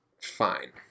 fine